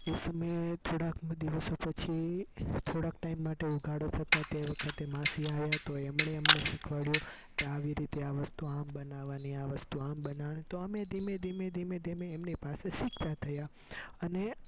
એ સમયે થોડાક દિવસો પછી થોડાક ટાઈમ માટે ઉઘાળો કરતાં તે વખતે માસી આવ્યા તો એમણે અમને શિખવાળ્યું કે આવી રીતે આ વસ્તુ આમ બનાવવાની આ વસ્તુ આમ બનાવાની તો અમે ધીમે ધીમે ધીમે ધીમે ધીમે એમની પાસે શીખતા થયા અને